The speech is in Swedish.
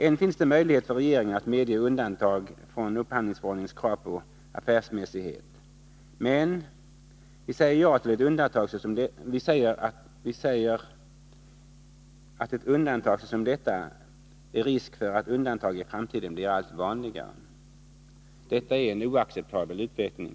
Än finns det möjlighet för regeringen att medge undantag från upphand > lingsförordningens krav på affärsmässighet, men säger vi ja till ett undantag såsom detta, är det risk för att undantag i framtiden blir allt vanligare. Detta är en oacceptabel utveckling.